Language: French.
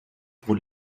pour